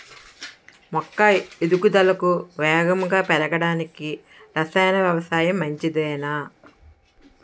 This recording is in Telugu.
మొక్క ఎదుగుదలకు వేగంగా పెరగడానికి, రసాయన వ్యవసాయం మంచిదేనా?